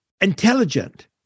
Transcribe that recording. intelligent